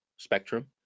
Spectrum